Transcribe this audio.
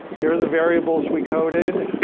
here are the variables we coded.